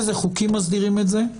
איזה חוקים מסדירים את זה,